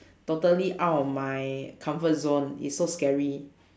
totally out of my comfort zone is so scary